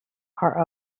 are